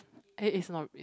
it is not